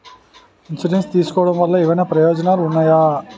Insurance తీసుకోవటం వల్ల ఏమైనా ప్రయోజనాలు ఉన్నాయా?